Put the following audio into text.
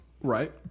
Right